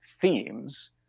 themes